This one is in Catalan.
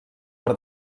per